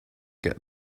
get